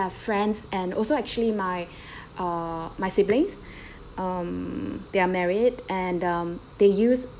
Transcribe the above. friends and also actually my uh my siblings um they are married and um they use